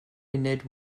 munud